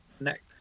next